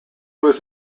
was